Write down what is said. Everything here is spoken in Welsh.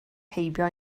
heibio